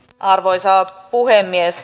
arvoisa puhemies